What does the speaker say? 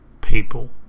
people